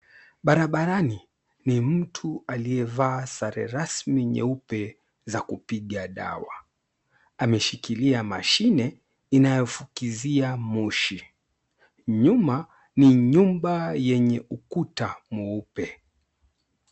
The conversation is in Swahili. Barabarani ni mtu aliyevaa sare rasmi nyeupe za kupiga dawa ameshikilia mashine inayofukizia moshi, nyuma ni nyumba yenye ukuta mweupe.